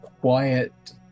quiet